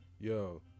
Yo